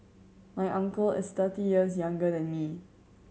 my uncle is thirty years younger than me